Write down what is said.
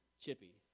Chippy